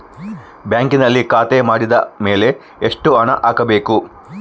ಬ್ಯಾಂಕಿನಲ್ಲಿ ಖಾತೆ ಮಾಡಿದ ಮೇಲೆ ಎಷ್ಟು ಹಣ ಹಾಕಬೇಕು?